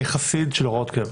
אני חסיד של הוראות קבע.